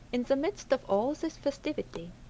in the midst of all this festivity,